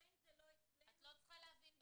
לכן זה לא אצלנו --- את לא צריכה להבין בזה.